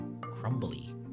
crumbly